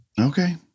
Okay